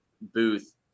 booth